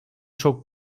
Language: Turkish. çok